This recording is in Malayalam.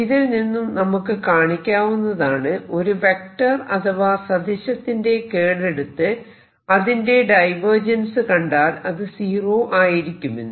ഇതിൽ നിന്നും നമുക്ക് കാണിക്കാവുന്നതാണ് ഒരു വെക്ടർ അഥവാ സദിശത്തിന്റെ കേൾ എടുത്ത് അതിന്റെ ഡൈവേർജൻസ് കണ്ടാൽ അത് സീറോ ആയിരിക്കുമെന്ന്